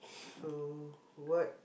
so what